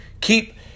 keep